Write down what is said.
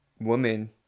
woman